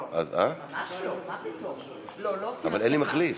אבל אין לי מחליף.